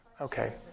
Okay